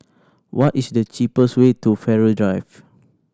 what is the cheapest way to Farrer Drive